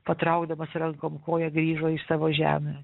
patraukdamas rankom koją grįžo į savo žemę